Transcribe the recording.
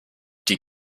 die